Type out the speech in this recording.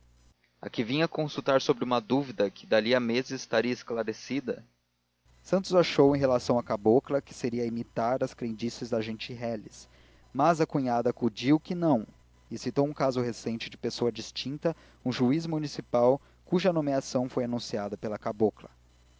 que vinha consultar sobre uma dúvida que dali a meses estaria esclarecida santos achou em relação à cabocla que seria imitar as crendices da gente reles mas a cunhada acudiu que não e citou um caso recente de pessoa distinta um juiz municipal cuja nomeação foi anunciada pela cabocla